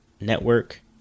Network